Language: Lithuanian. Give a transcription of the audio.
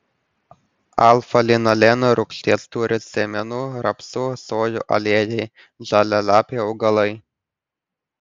alfa linoleno rūgšties turi sėmenų rapsų sojų aliejai žalialapiai augalai